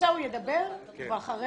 עיסאווי ידבר ואחריו